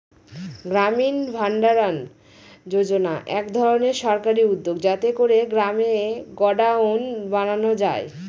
গ্রামীণ ভাণ্ডারণ যোজনা এক ধরনের সরকারি উদ্যোগ যাতে করে গ্রামে গডাউন বানানো যায়